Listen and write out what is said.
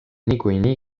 niikuinii